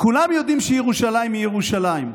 כולם יודעים שירושלים היא ירושלים.